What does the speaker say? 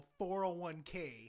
401k